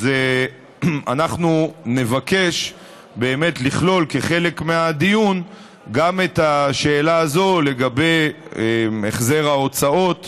אנחנו נבקש באמת לכלול כחלק מהדיון גם את השאלה הזו לגבי החזר ההוצאות